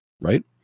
right